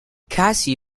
casey